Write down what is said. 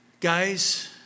guys